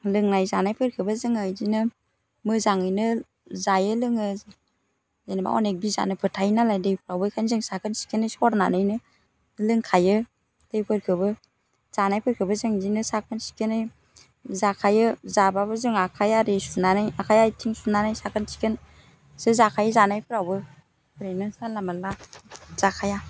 लोंनाय जानायफोरखौबो जोङो बिदिनो मोजाङैनो जायो लोङो जेनेबा अनेक बिजानुफोर थायो नालाय दैफ्रावबो बेखायनो जों साखोन सिखोनै सरनानैनो लोंखायो दैफोरखौबो जानायफोरखौबो जों बिदिनो साखोन सिखोनै जाखायो जाबाबो जों आखाइ आरि सुनानै आखाइ आइथिं सुनानै साखोन सिखोनसो जाखायो जानायफोरावबो ओरैनो जानला मोनला जाखाया